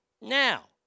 Now